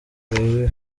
iwe